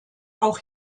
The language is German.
auch